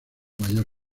mayor